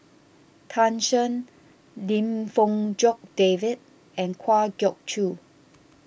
Tan Shen Lim Fong Jock David and Kwa Geok Choo